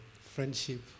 friendship